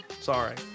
sorry